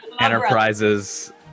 Enterprises